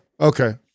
okay